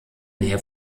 nähe